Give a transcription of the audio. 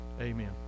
Amen